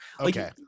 Okay